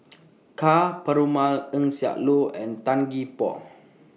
Ka Perumal Eng Siak Loy and Tan Gee Paw